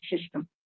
system